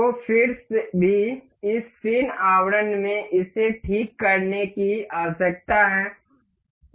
तो फिर भी इस फिन आवरण में इसे ठीक करने की आवश्यकता है